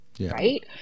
right